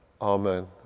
Amen